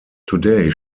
today